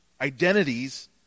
identities